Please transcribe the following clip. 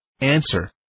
Answer